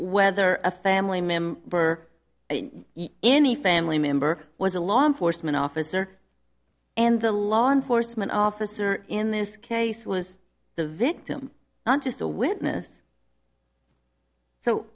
whether a family member any family member was a law enforcement officer and the law enforcement officer in this case was the victim not just a witness so